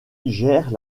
gère